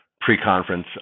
pre-conference